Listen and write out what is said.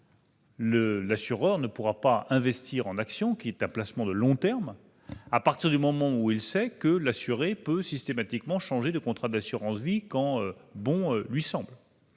L'assureur ne pourra pas investir en actions, qui est un placement de long terme, à partir du moment où il sait que l'assuré peut changer de contrats d'assurance vie quand bon lui semble.